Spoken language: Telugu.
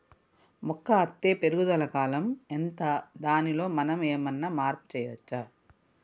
మొక్క అత్తే పెరుగుదల కాలం ఎంత దానిలో మనం ఏమన్నా మార్పు చేయచ్చా?